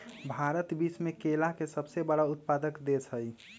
भारत विश्व में केला के सबसे बड़ उत्पादक देश हई